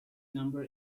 number